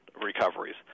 recoveries